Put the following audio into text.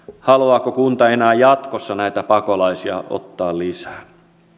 haluaako kunta enää jatkossa näitä pakolaisia ottaa lisää